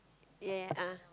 ya ya a'ah